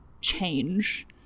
change